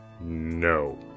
No